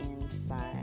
inside